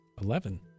Eleven